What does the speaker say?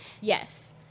Yes